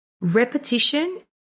repetition